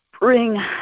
bring